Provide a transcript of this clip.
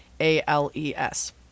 A-L-E-S